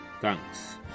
Thanks